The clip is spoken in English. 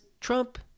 Trump